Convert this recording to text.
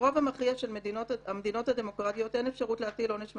ברוב המכריע של המדינות הדמוקרטיות אין אפשרות להטיל עונש מוות,